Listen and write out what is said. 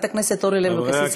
חברת הכנסת אורלי לוי אבקסיס,